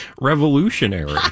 revolutionary